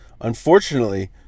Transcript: Unfortunately